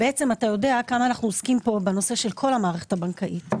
אתה יודע כמה אנחנו עוסקים פה בכל הנושא של המערכת הבנקאית.